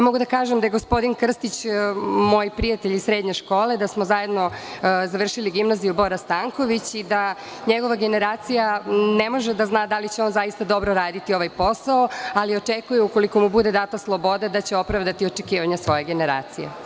Mogu da kažem da je gospodin Krstić moj prijatelj iz srednje škole, da smo zajedno završili gimnaziju „Bora Stanković“ i da njegova generacija ne može da zna da li će on zaista dobro raditi ovaj posao, ali očekuje, ukoliko mu bude data sloboda, da će opravdati očekivanja svoje generacije.